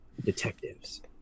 detectives